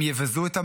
הם יבזו את המעמד,